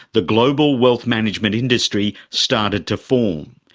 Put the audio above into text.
the global wealth management industry started to form.